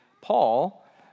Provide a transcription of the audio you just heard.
Paul